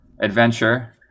adventure